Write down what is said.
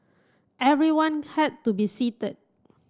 everyone had to be seated